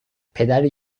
پدری